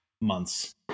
months